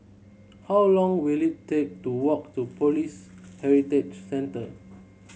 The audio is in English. how long will it take to walk to Police Heritage Centre